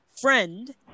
Friend